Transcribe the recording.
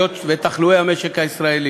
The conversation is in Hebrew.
זו האזהרה הראשונה,